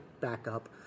backup